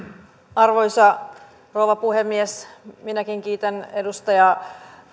arvoisa rouva puhemies minäkin kiitän edustaja